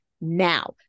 now